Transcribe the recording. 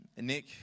Nick